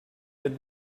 had